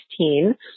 2016